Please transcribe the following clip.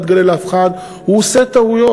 אל תגלה לאף אחד: הוא עושה טעויות.